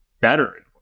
better